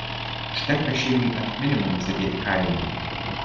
užtenka šeimai ant minimumo sėdėti kaime